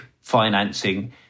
financing